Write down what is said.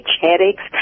headaches